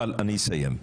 אני אסיים.